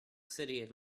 city